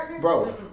Bro